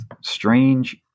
strange